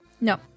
No